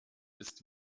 ist